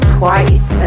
twice